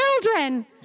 children